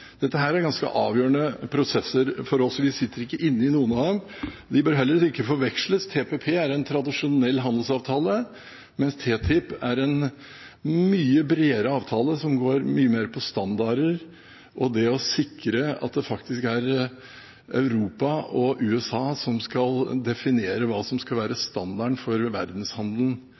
Dette er ganske avgjørende prosesser for oss. Vi sitter ikke inne i noen av dem, og de bør heller ikke forveksles. TPP er en tradisjonell handelsavtale, mens TTIP er en mye bredere avtale, som går mye mer på standarder og det å sikre at det faktisk er Europa og USA som skal definere hva som skal